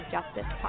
Justice